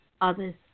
others